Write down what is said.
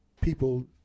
people